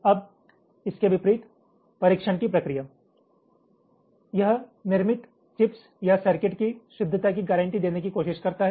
अब इसके विपरीत परीक्षण की प्रक्रिया यह निर्मित चिप्स या सर्किट की शुद्धता की गारंटी देने की कोशिश करता है